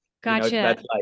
Gotcha